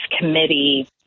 committee